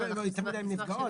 לצערנו, אנחנו נשמח שהם התמעטו.